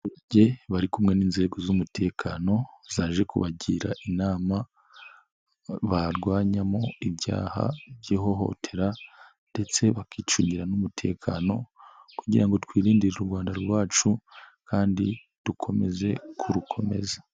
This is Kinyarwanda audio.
Abaturage bari kumwe n'inzego z'umutekano, zaje kubagira inama, barwanyamo ibyaha by'ihohotera ndetse bakicungira n'umutekano kugira ngo twirindire u Rwanda rwacu kandi dukomeze, kurukomeza.